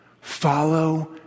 Follow